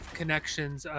connections